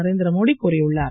நரேந்திரமோடி கூறியுள்ளார்